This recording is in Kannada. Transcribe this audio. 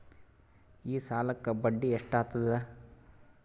ಈ ಸಾಲಕ್ಕ ಬಡ್ಡಿ ಎಷ್ಟ ಹತ್ತದ?